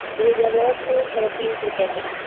be grade ساڑھے تین سو روپیہ کے جی